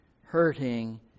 hurting